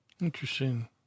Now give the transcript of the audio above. Interesting